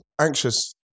anxious